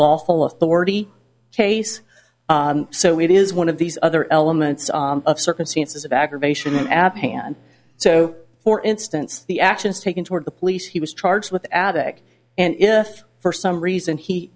whole authority case so it is one of these other elements of circumstances of aggravation ab hand so for instance the actions taken toward the police he was charged with avick and if for some reason he